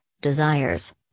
desires